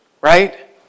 right